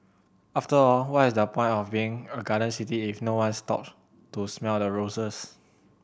after all what is the point of being a garden city if no one stop to smell the roses